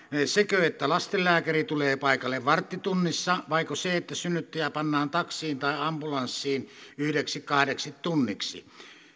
sekö että lastenlääkäri tulee paikalle varttitunnissa vaiko se että synnyttäjä pannaan taksiin tai ambulanssiin yhdeksi kahdeksi tunniksi